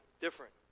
different